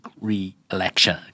re-election